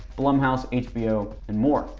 blumhouse, hbo, and more.